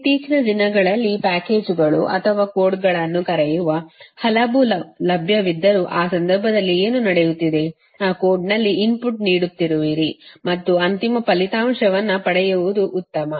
ಇತ್ತೀಚಿನ ದಿನಗಳಲ್ಲಿ ಪ್ಯಾಕೇಜುಗಳು ಅಥವಾ ಕೋಡ್ಗಳನ್ನು ಕರೆಯುವ ಹಲವು ಲಭ್ಯವಿದ್ದರೂ ಆ ಸಂದರ್ಭದಲ್ಲಿ ಏನು ನಡೆಯುತ್ತಿದೆ ಆ ಕೋಡ್ನಲ್ಲಿ ಇನ್ಪುಟ್ ನೀಡುತ್ತಿರುವಿರಿ ಮತ್ತು ಅಂತಿಮ ಫಲಿತಾಂಶವನ್ನು ಪಡೆಯುವುದು ಉತ್ತಮ